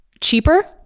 cheaper